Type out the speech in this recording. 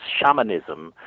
shamanism